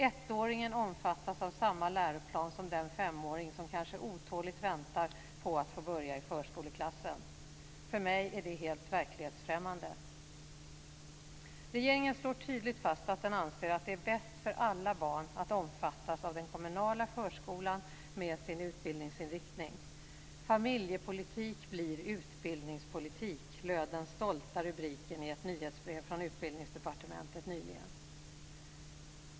1-åringen omfattas av samma läroplan som den 5-åring som kanske otåligt väntar på att få börja i förskoleklassen. För mig är det helt verklighetsfrämmande. Regeringen slår tydligt fast att den anser att det är bäst för alla barn att omfattas av den kommunala förskolan med sin utbildningsinriktning. "Familjepolitik blir utbildningspolitik" löd den stolta rubriken i ett nyhetsbrev från Utbildningsdepartementet nyligen.